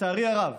לצערי הרב,